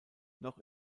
noch